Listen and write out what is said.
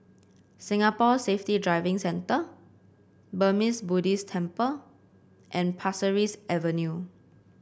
Singapore Safety Driving Centre Burmese Buddhist Temple and Pasir Ris Avenue